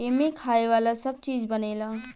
एमें खाए वाला सब चीज बनेला